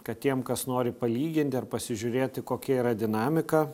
kad tiem kas nori palyginti ir pasižiūrėti kokia yra dinamika